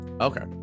Okay